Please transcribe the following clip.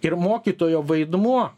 ir mokytojo vaidmuo